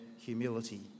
Humility